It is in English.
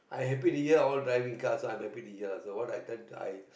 I happy the year all driving cars so I'm happy the year so what I tend I